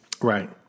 Right